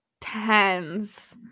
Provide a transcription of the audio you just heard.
tens